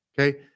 Okay